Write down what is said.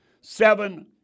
seven